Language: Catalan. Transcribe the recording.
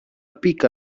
pica